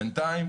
בינתיים,